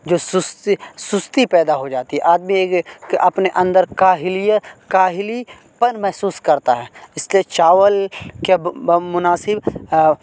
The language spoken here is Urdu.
جو سستی سستی پیدا ہو جاتی ہے آدمی کہ اپنے اندر کاہلیت کاہلی پن محسوس کرتا ہے اس لیے چاول مناسب